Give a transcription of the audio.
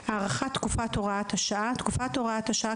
הארכת תקופת הוראת השעה 1. תקופת הוראת השעה,